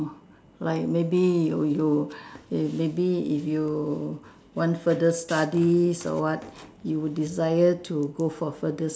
like maybe you you maybe if you want further studies or what you desire to go for further